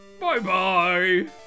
Bye-bye